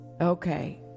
Okay